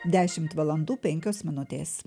dešimt valandų penkios minutės